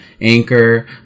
Anchor